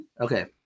Okay